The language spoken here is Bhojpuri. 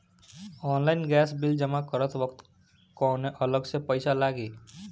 ऑनलाइन गैस बिल जमा करत वक्त कौने अलग से पईसा लागी?